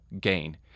gain